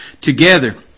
together